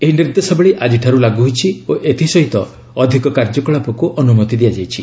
ଏହି ନିର୍ଦ୍ଦେଶାବଳୀ ଆଜିଠାରୁ ଲାଗୁ ହୋଇଛି ଓ ଏଥିସହିତ ଅଧିକ କାର୍ଯ୍ୟକଳାପକୁ ଅନୁମତି ଦିଆଯାଇଛି